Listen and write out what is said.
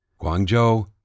Guangzhou